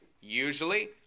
usually